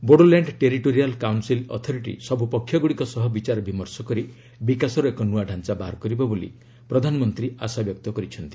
Bodoland territorial council authority ସବୁ ପକ୍ଷଗୁଡ଼ିକ ସହ ବିଚାର ବିମର୍ଷ କରି ବିକାଶର ଏକ ନୁଆ ଢାଞ୍ଚାବାହାର କରିବ ବୋଲି ପ୍ରଧାନମନ୍ତ୍ରୀ ଆଶା ବ୍ୟକ୍ତ କରିଛନ୍ତି